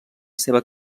seva